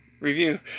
review